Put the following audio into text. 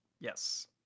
Yes